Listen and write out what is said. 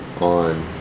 on